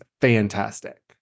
fantastic